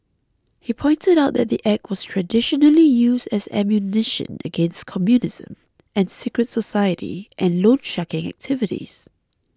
he pointed out that the Act was traditionally used as ammunition against communism and secret society and loansharking activities